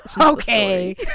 okay